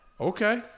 Okay